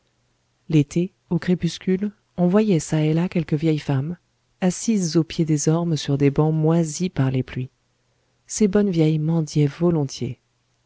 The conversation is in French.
l'été au crépuscule on voyait çà et là quelques vieilles femmes assises au pied des ormes sur des bancs moisis par les pluies ces bonnes vieilles mendiaient volontiers